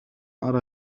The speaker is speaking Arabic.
أرى